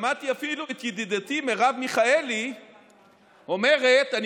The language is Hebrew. שמעתי אפילו את ידידתי מרב מיכאלי אומרת: אני